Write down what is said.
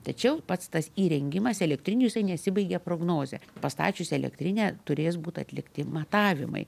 tačiau pats tas įrengimas elektrinių jisai nesibaigia prognoze pastačius elektrinę turės būt atlikti matavimai